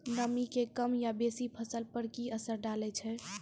नामी के कम या बेसी फसल पर की असर डाले छै?